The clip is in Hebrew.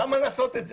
למה לעשות את זה?